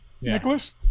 Nicholas